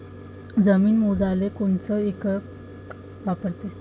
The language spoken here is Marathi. जमीन मोजाले कोनचं एकक वापरते?